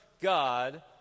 God